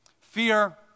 Fear